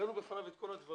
העלינו בפניו את כל הדברים.